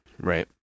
Right